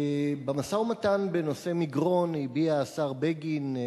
במשא-ומתן בנושא מגרון הביע השר בגין,